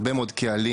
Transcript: להרבה מאוד קהלים,